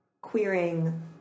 queering